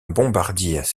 bombardier